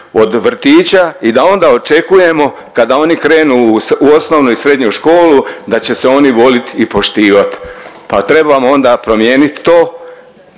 od vrtića i da onda očekujemo kada oni krenu u osnovnu i srednju školu da će se oni volit i poštivat. Pa trebamo onda promijenit to,